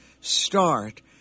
start